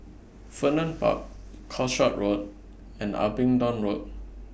Vernon Park Calshot Road and Abingdon Road